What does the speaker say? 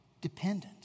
dependent